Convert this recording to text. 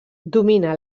domina